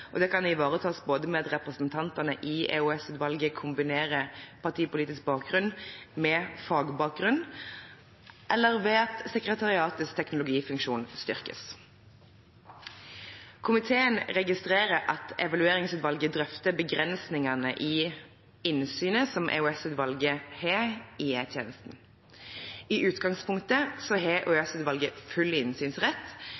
framover. Det kan ivaretas enten ved at representantene i EOS-utvalget kombinerer partipolitisk bakgrunn med fagbakgrunn, eller ved at sekretariatets teknologifunksjon styrkes. Komiteen registrerer at Evalueringsutvalget drøfter EOS-utvalgets begrensninger av innsynet i E-tjenesten. I utgangspunktet har